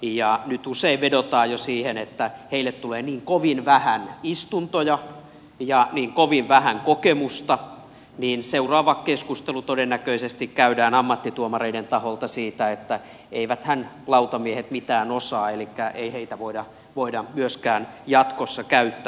nyt usein vedotaan jo siihen että heille tulee niin kovin vähän istuntoja ja niin kovin vähän kokemusta niin että seuraava keskustelu todennäköisesti käydään ammattituomareiden taholta siitä että eiväthän lautamiehet mitään osaa elikkä ei heitä voida myöskään jatkossa käyttää